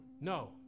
No